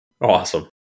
Awesome